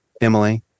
Emily